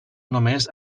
només